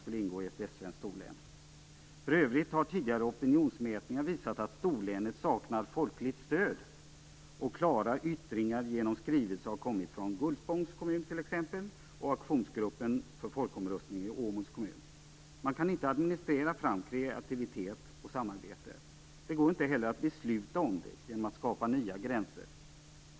Där ställer sig bara 5 För övrigt har tidigare opinionsmätningar visat att storlänet saknar folkligt stöd, och klara yttringar genom skrivelser har kommit från t.ex. Gullspångs kommun och aktionsgruppen för folkomröstning i Man kan inte administrera fram kreativitet och samarbete. Det går inte heller att besluta om det genom att skapa nya gränser.